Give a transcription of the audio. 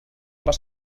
vas